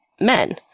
men